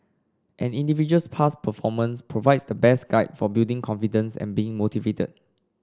an individual's past performance provides the best guide for building confidence and being motivated